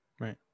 Right